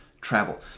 travel